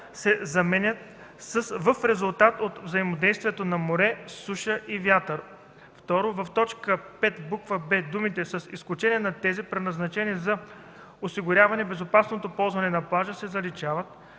се заменят с „в резултат от взаимодействието на море, суша и вятър”. 2. В т. 5, буква „б” думите „с изключение на тези, предназначени за осигуряване безопасното ползване на плажа” се заличават.